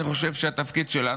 אני חושב שהתפקיד שלנו,